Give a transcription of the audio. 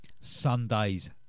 Sundays